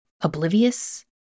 Oblivious